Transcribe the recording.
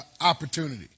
opportunity